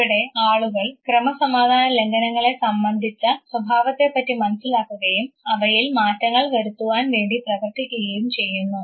ഇവിടെ ആളുകൾ ക്രമസമാധാന ലംഘനങ്ങളെ സംബന്ധിച്ച സ്വഭാവത്തെപ്പറ്റി മനസ്സിലാക്കുകയും അവയിൽ മാറ്റങ്ങൾ വരുത്തുവാൻ വേണ്ടി പ്രവർത്തിക്കുകയും ചെയ്യുന്നു